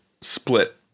split